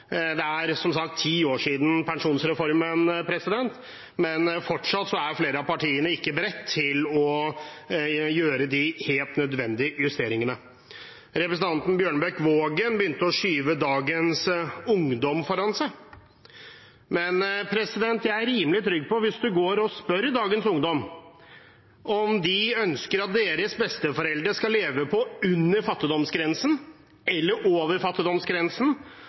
Det er som sagt ti år siden pensjonsreformen, men fortsatt er flere av partiene ikke beredt til å gjøre de helt nødvendige justeringene. Representanten Bjørnebekk-Waagen begynte å skyve dagens ungdom foran seg. Men hvis vi går og spør dagens ungdom om de ønsker at deres besteforeldre skal leve under fattigdomsgrensen, eller om de skal leve over fattigdomsgrensen,